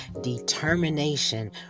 Determination